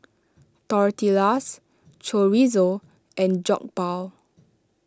Tortillas Chorizo and Jokbal